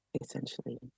essentially